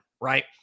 right